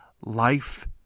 life